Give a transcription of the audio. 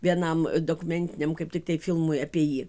vienam dokumentiniam kaip tiktai filmui apie jį